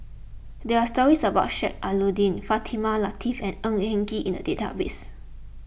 there are stories about Sheik Alau'ddin Fatimah Lateef and Ng Eng Kee in the database